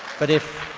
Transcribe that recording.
but if,